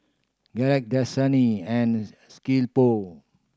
Gillette Dasani and